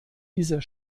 dieser